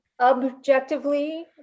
Objectively